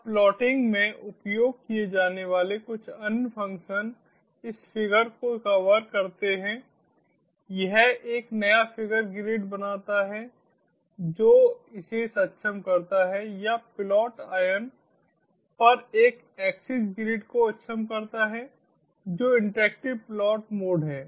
अब प्लॉटिंग में उपयोग किए जाने वाले कुछ अन्य फ़ंक्शन इस फिगर को कवर करते हैं यह एक नया फिगर ग्रिड बनाता है जो इसे सक्षम करता है या प्लॉट आयन पर एक एक्सेस ग्रिड को अक्षम करता है जो इंटरैक्टिव प्लॉट मोड है